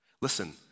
Listen